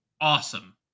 awesome